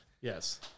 Yes